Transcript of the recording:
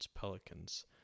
Pelicans